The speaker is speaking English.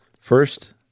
first